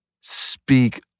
Speak